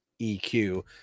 eq